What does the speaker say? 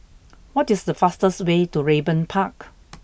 what is the fastest way to Raeburn Park